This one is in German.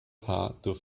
dürfen